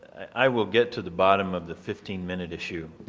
i will get to the bottom of the fifteen minute issue.